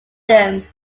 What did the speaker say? them